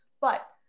but-